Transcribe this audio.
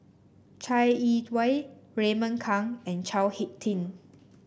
Chai Yee Wei Raymond Kang and Chao HicK Tin